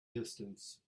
distance